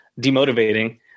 demotivating